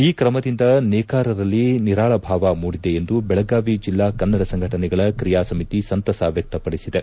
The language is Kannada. ಈ ಕ್ರಮದಿಂದ ನೇಕಾರರಲ್ಲಿ ನಿರಾಳ ಭಾವ ಮೂಡಿದೆ ಎಂದು ಬೆಳಗಾವಿ ಜಿಲ್ಲಾ ಕನ್ನಡ ಸಂಘಟೆಗಳ ಕ್ರಿಯಾ ಸಮಿತಿ ಸಂತಸ ವ್ಯಕ್ಷಪಡಿಸಿದೆ